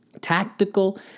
tactical